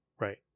right